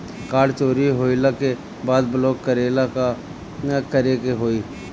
Card चोरी होइला के बाद ब्लॉक करेला का करे के होई?